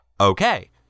Okay